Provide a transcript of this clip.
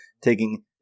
taking